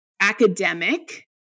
Academic